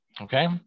Okay